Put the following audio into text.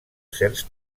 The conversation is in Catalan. certs